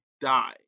die